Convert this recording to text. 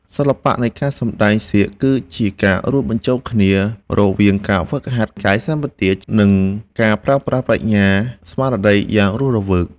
សិល្បៈនៃការសម្តែងសៀកគឺជាការរួមបញ្ចូលគ្នារវាងការហ្វឹកហាត់កាយសម្បទា និង ការប្រើប្រាស់ប្រាជ្ញាស្មារតីយ៉ាងរស់រវើកបំផុត។